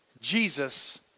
Jesus